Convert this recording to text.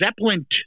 Zeppelin